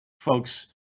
folks